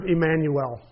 Emmanuel